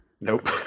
Nope